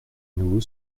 nouveau